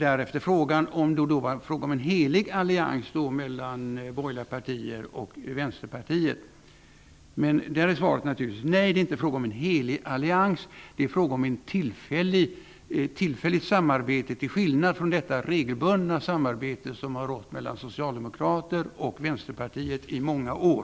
Därefter undrade Åke Gustavsson om det var fråga om en helig allians mellan borgerliga partier och Vänsterpartiet. Där är svaret naturligtvis nej. Det är inte fråga om en helig allians. Det är fråga om ett tillfälligt samarbete, till skillnad från det regelbundna samarbete som har rått mellan Socialdemokraterna och Vänsterpartiet i många år.